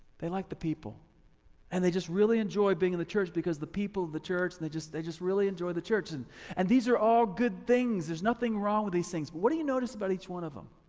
they like the people and they just really enjoy being in the church because the people of the church and they just they just really enjoy the church and and these are all good things. there's nothing wrong with these things. but what do you notice about each one of them?